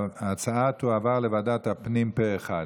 ההצעה תועבר לוועדת הפנים פה אחד.